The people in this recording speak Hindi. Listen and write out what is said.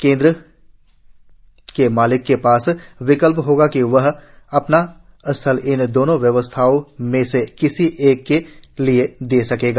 केन्द्र के मालिक के पास विकल्प होगा कि वह अपना स्थल इन दोनों व्यवस्थाओं में से किसी एक के लिए दे सकेगा